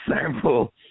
sample